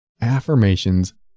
Affirmations